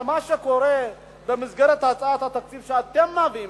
אבל מה שקורה במסגרת הצעת התקציב שאתם מביאים,